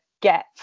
get